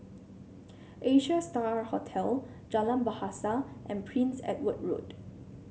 Asia Star Hotel Jalan Bahasa and Prince Edward Road